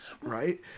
Right